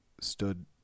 stood